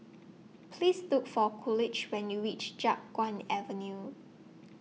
Please Look For Coolidge when YOU REACH Chiap Guan Avenue